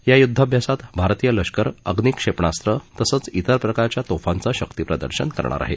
या युद्धाभ्यासात भारतीय लष्कर अग्नी क्षेपणास्त्र तसंच तिर प्रकारच्या तोफांचा शक्ती प्रदर्शन करणार आहे